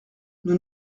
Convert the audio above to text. nous